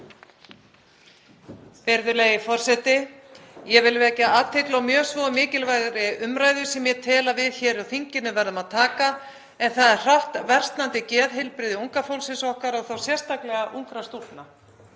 Virðulegi forseti. Ég vil vekja athygli á mjög svo mikilvægri umræðu sem ég tel að við hér á þinginu verðum að taka, en það er hratt versnandi geðheilbrigði unga fólksins okkar og þá sérstaklega ungra stúlkna.